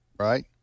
Right